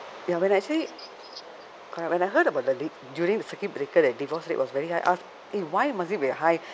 ya when actually correct when I heard about the l~ during the circuit breaker the divorce rate was very high I was eh why must be it be high